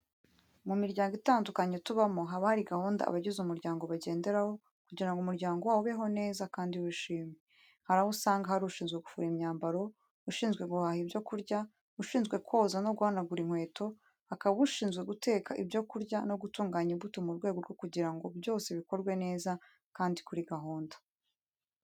Mu miryango itandukanye tubamo, haba hari gahunda abagize umuryango bagenderaho kugira ngo umuryango wabo ubeho neza kandi wishimye. Hari aho usanga hari ushinzwe gufura imyambaro, ushinzwe guhaha ibyo kurya, ushinzwe koza no guhanagura inkweto, hakaba ushinzwe guteka ibyo kurya no gutunganya imbuto mu rwego rwo kugira ngo byose bikorwe neza kandi kuri gahunda.